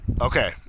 okay